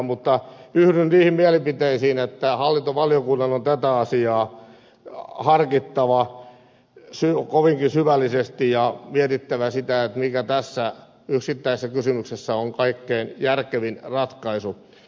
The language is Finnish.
mutta yhdyn niihin mielipiteisiin että hallintovaliokunnan on tätä asiaa harkittava kovinkin syvällisesti ja mietittävä sitä mikä tässä yksittäisessä kysymyksessä on kaikkein järkevin ratkaisu